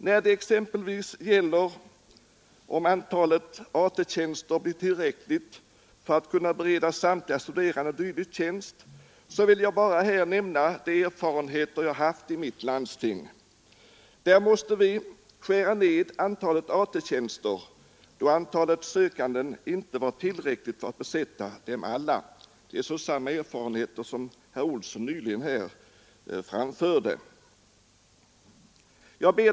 När det gäller frågan huruvida antalet AT-tjänster blir tillräckligt för att bereda samtliga studerande dylik tjänst vill jag bara härmed nämna de erfarenheter jag haft i mitt landsting. Där måste vi skära ned antalet AT-tjänster, eftersom antalet sökande inte var tillräckligt för att besätta dem alla. Vi har alltså där samma erfarenheter som herr Olsson i Edane här givit uttryck åt.